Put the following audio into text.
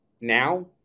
now